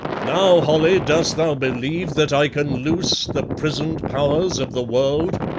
now, holly, dost thou believe that i can loose the prisoned powers of the world?